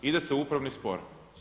Ide se u upravni spor.